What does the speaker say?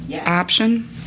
option